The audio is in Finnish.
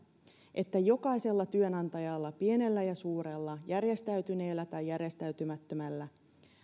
että jokaisella työnantajalla pienellä ja suurella järjestäytyneellä tai järjestäytymättömällä